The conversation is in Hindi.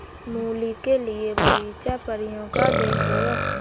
मूली के लिए बगीचा परियों का देश होगा